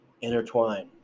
intertwine